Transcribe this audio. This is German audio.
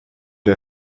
der